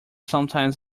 sometimes